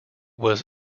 was